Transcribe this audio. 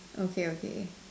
okay okay